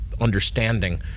understanding